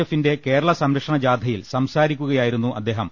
എഫിന്റെ കേരള സംരക്ഷണ ജാഥയിൽ സംസാരിക്കുക യായിരുന്നു അദ്ദേഹം